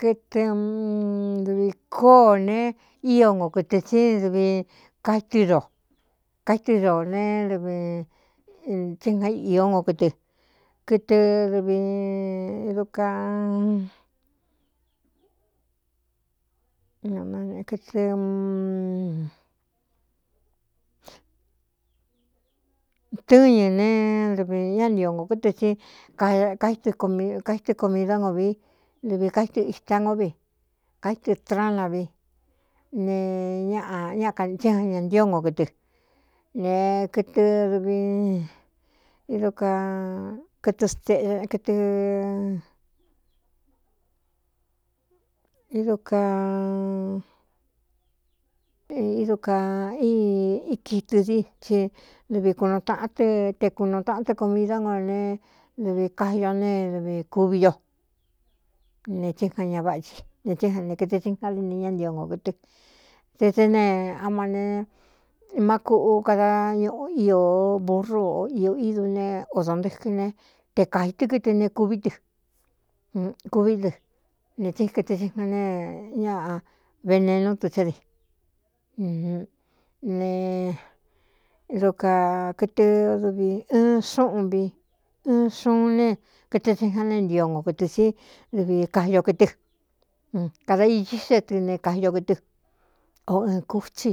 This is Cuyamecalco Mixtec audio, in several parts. Kɨtɨ dɨvī kóó ne ío ngo kɨtɨ tsídvi aɨdokaítɨ do ne vtsíga īó ngo kɨtɨ kɨtɨ dvdkɨtɨ́ñɨ ne dvi ñá ntio ngō kɨtɨ s kaítɨ komi dá ngo vi dɨvi kaítɨ ita ngó vi kaítɨ strána vi ne ñtsíjan ña ntío ngo kɨtɨ ne kɨtɨdvd kakɨɨ ɨdidu ka n ikitɨ di ti dɨvi kunu taꞌan tɨ te kūnu taꞌan tɨ́ ko miidá ngo ne dɨvi kayo ne dvi kuví o ne tsían ña váatsi ne tsí jan ne kɨtɨ tsina dine ñá ntio ngō kɨtɨ te te ne ama ne má kuꞌu kada ñuꞌu ío buru o iō ídu ne o dontɨkɨn ne te kāitɨ kɨtɨ ne k ɨkuví dɨ ne tsí kɨɨ siane ñaꞌa venenú du tsé dine d kakɨtɨ dɨvi ɨɨn xúꞌun vi ɨɨn xuun ne kɨtɨ tsija neé ntio ngo kɨtɨ sí dɨvi kayo kɨtɨ kada ichí xe tɨ ne kaio kɨtɨ o ɨɨn kútsi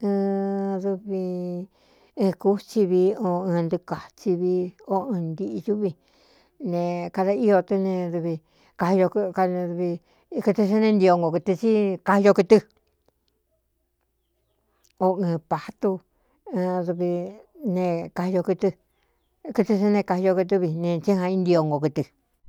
vɨɨn kutsi vi o ɨn ntɨɨ katsi vi o ɨn ntiꞌdúvi ne kada íó tɨ ne dvi kakɨtɨ se ne ntio ngo kɨtɨ tsí kayo kɨtɨ o ɨn patú dvi ne kakɨɨkɨtɨ tsé neé kaꞌio kɨtɨ́ vi ne tsíjan í ntio ngo kɨtɨ.